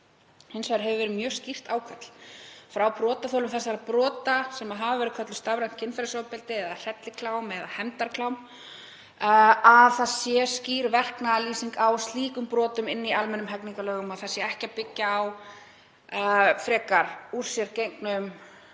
Hins vegar hefur verið mjög skýrt ákall frá brotaþolum þessara brota, sem hafa verið kölluð stafrænt kynferðisofbeldi, hrelliklám eða hefndarklám, að skýr verknaðarlýsing sé á slíkum brotum í almennum hegningarlögum, að ekki sé byggt á frekar úr sér gengnum ákvæðum